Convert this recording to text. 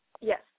yes